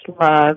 love